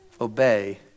obey